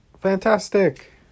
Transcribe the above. fantastic